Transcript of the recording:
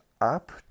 up